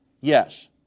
Yes